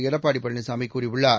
எடப்பாடி பழனிசாமி கூறியுள்ளார்